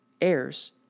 heirs